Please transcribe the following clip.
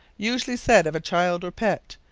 usually said of a child, or pet.